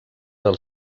del